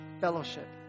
fellowship